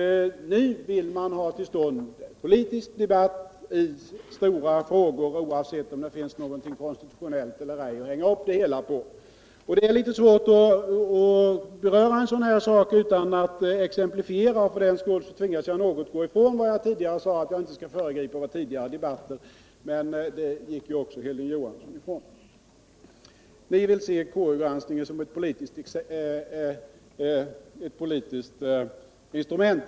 Nu vill socialdemokraterna ha till stånd politisk debatt i stora frågor, oavsett om det finns något konstitutionellt eller ej att hänga upp det hela på. Det är litet svårt att beröra en sådan här sak utan att exemplifiera. För den skull tvingas jag att något gå ifrån vad jag tidigare sade om att jag inte skulle föregripa den kommande debatten. Den principen gick ju också Hilding Johansson ifrån. Ni vill ha KU-granskningen som politiskt instrument.